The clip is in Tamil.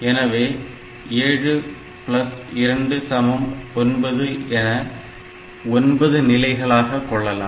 எனவே 7 2 9 என ஒன்பது நிலைகளாக கொள்ளலாம்